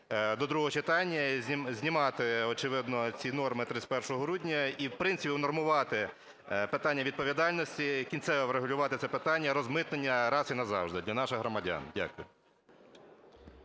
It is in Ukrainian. до другого читання, і знімати, очевидно, ці норми - 31 грудня, і, в принципі, унормувати питання відповідальності, кінцево врегулювати це питання розмитнення раз і назавжди для наших громадян. Дякую.